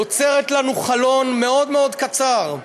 והם יוצרים לנו חלון מאוד מאוד קצר.